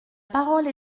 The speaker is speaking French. parole